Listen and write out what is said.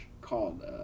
called